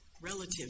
relative